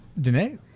Danae